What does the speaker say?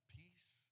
peace